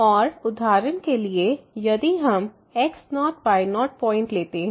और उदाहरण के लिए यदि हम x0y0 पॉइंट लेते हैं